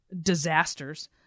disasters